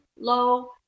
low